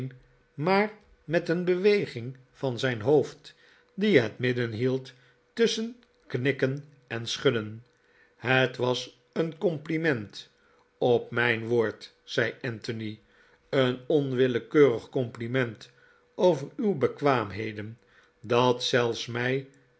maar met een beweging van zijn hoofd die het midden hield tusschen knikken en schudden het was een compliment op mijn woord zei anthony een onwillekeurig compliment over uw bekwaamheden dat zelfs mij